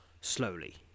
slowly